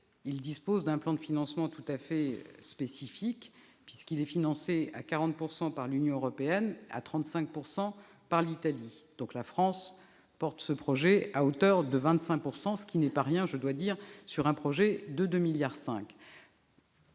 dispose d'un plan de financement tout à fait spécifique, puisqu'il est financé à 40 % par l'Union européenne et à 35 % par l'Italie. La France porte ce projet à hauteur de 25 %, ce qui n'est pas rien pour un projet de 2,5 milliards